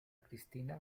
cristina